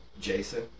Jason